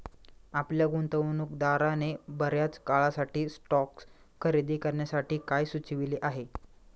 आपल्या गुंतवणूकदाराने बर्याच काळासाठी स्टॉक्स खरेदी करण्यासाठी काय सुचविले आहे?